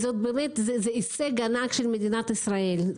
זה הישג ענק של מדינת ישראל.